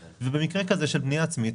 ובמקרה כזה של בנייה עצמית,